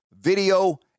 video